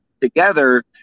together